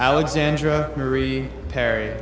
alexandra marie perry